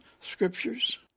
scriptures